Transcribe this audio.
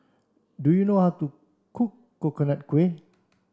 do you know how to cook Coconut Kuih